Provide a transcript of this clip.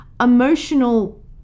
emotional